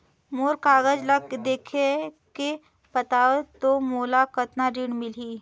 मोर कागज ला देखके बताव तो मोला कतना ऋण मिलही?